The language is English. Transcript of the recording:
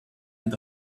end